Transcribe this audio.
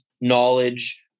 knowledge